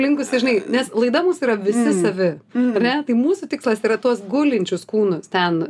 linkusi žinai nes laida mūsų yra visi savi ar ne tai mūsų tikslas yra tuos gulinčius kūnus ten